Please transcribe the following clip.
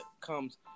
comes